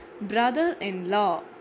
Brother-in-law